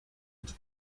into